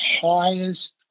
highest